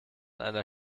einer